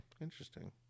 interesting